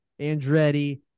andretti